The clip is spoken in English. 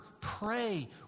Pray